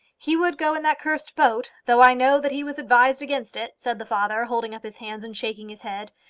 he would go in that cursed boat, though i know that he was advised against it, said the father, holding up his hands and shaking his head.